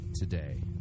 Today